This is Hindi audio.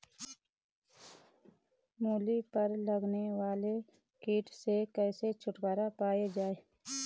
मूली पर लगने वाले कीट से कैसे छुटकारा पाया जाये?